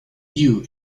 you